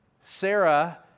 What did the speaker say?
Sarah